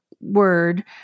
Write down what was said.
word